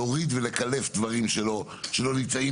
להוריד ולקלף דברים שלא נמצאים,